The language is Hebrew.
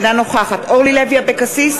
אינה נוכחת אורלי לוי אבקסיס,